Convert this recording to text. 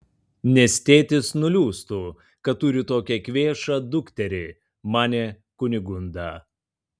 nes tėtis nuliūstų kad turi tokią kvėšą dukterį manė kunigunda